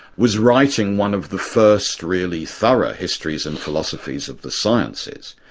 was writing one of the first really thorough histories and philosophies of the sciences,